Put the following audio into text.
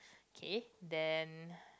okay then